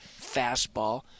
fastball